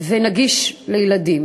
ויש לו גישה לילדים.